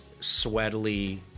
sweatily